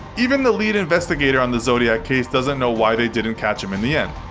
even the lead investigator on the zodiac case doesn't know why they didn't catch him in the end.